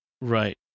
Right